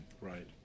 Right